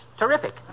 terrific